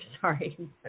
sorry